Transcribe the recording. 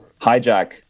hijack